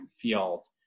field